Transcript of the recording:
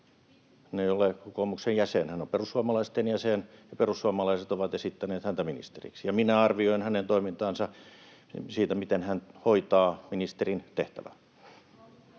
Hän ei ole kokoomuksen jäsen. Hän on perussuomalaisten jäsen, ja perussuomalaiset ovat esittäneet häntä ministeriksi, ja minä arvioin hänen toimintaansa sen perusteella, miten hän hoitaa ministerin tehtävää.